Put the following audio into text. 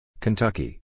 Kentucky